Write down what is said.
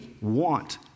want